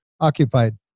occupied